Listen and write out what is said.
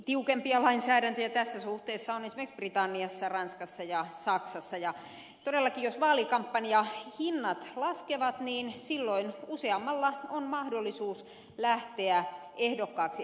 tiukempia lainsäädäntöjä tässä suhteessa on esimerkiksi britanniassa ranskassa ja saksassa ja todellakin jos vaalikampanjahinnat laskevat silloin useammalla on mahdollisuus lähteä ehdokkaaksi